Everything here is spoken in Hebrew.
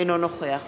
אינו נוכח